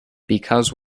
because